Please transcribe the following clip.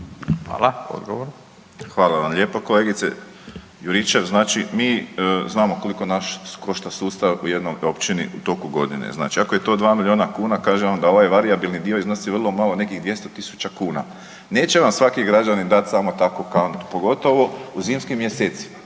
Josip (HDZ)** Hvala vam lijepa kolegice Juričev. Znači mi znamo koliko nas košta sustav u jednoj općini u toku godine. Znači ako je to 2 milijuna kuna, kažem vam da ovaj varijabilni dio iznosi vrlo malo, nekih 200.000 kuna. Neće vam svaki građanin dat samo tako kantu, pogotovo u zimskim mjesecima.